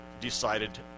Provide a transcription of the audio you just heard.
decided